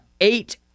eight